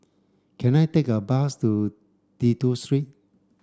can I take a bus to Dido Street